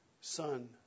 son